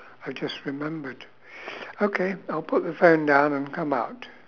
I just remembered okay I'll put the phone down and come out